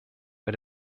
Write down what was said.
bei